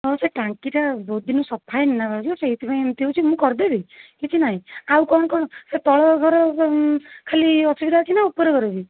ଆଉ ସେ ଟାଙ୍କିଟା ବହୁତ ଦିନରୁ ସଫା ହେଇନି ନା ଭାଉଜ ସେଇଥିପାଇଁ ଏମିତି ହେଉଛି ମୁଁ କରିଦେବି କିଛି ନାହିଁ ଆଉ କ'ଣ କ'ଣ ସେ ତଳଘର ଖାଲି ଅସୁବିଧା ହେଉଛି ନା ଉପର ଘର ବି